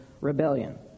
rebellion